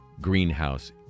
greenhouse